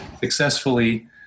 successfully